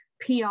PR